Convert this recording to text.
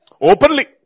Openly